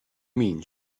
mean